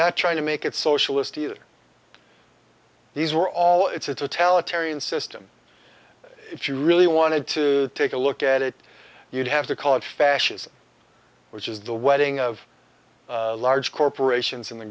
not trying to make it socialist either these were all it's a totalitarian system if you really wanted to take a look at it you'd have to call it fascism which is the wedding of large corporations in the